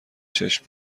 چشم